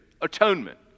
atonement